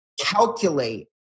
calculate